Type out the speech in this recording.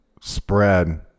spread